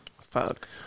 fuck